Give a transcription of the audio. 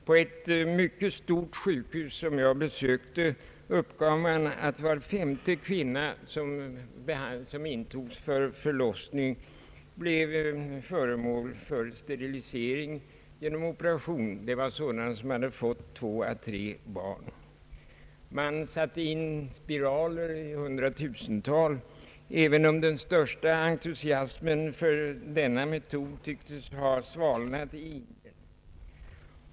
På ett mycket stort sjukhus som jag besökte uppgav man att var femte kvinna som intogs för förlossning blev föremål för sterilisering genom operation. Det var sådana kvinnor som fått två å tre barn. Man satte in spiraler i hundratusental, även om den största entusiasmen för denna metod tycktes ha svalnat i Indien.